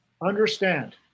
understand